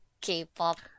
K-pop